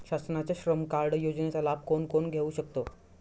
शासनाच्या श्रम कार्ड योजनेचा लाभ कोण कोण घेऊ शकतो?